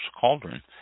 cauldron